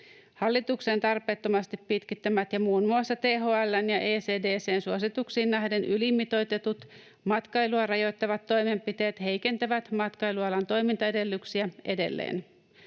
Hallituksen tarpeettomasti pitkittämät ja muun muassa THL:n ja ECDC:n suosituksiin nähden ylimitoitetut matkailua rajoittavat toimenpiteet heikentävät matkailualan toimintaedellytyksiä edelleen.